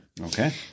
Okay